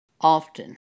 Often